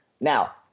Now